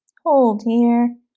hold here